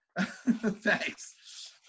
Thanks